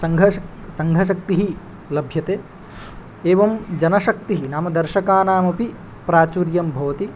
सङ्घश सङ्घशक्तिः लभ्यते एवं जनशक्तिः नाम दर्शकानामपि प्राचुर्यं भवति